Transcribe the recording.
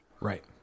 Right